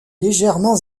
légèrement